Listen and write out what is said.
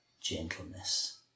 gentleness